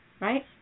right